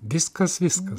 viskas viskas